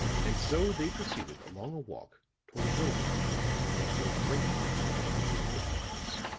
and so they proceeded along a walk toward a building which lay blinking at them with its yellow eyes.